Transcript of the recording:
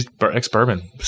ex-bourbon